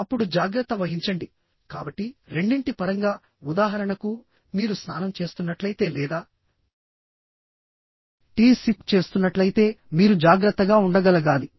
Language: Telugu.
అప్పుడు జాగ్రత్త వహించండి కాబట్టి రెండింటి పరంగా ఉదాహరణకు మీరు స్నానం చేస్తున్నట్లయితే లేదా టీ సిప్ చేస్తున్నట్లయితే మీరు జాగ్రత్తగా ఉండగలగాలి